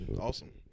awesome